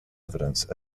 evidence